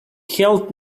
helped